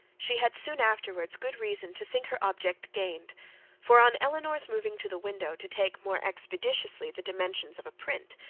she had soon afterwards good reason to think her object gained for, on elinor's moving to the window to take more expeditiously the dimensions of a print,